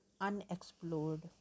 unexplored